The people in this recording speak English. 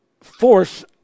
force